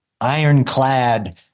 ironclad